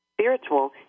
spiritual